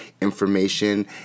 information